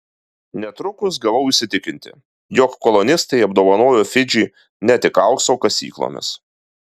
netrukus gavau įsitikinti jog kolonistai apdovanojo fidžį ne tik aukso kasyklomis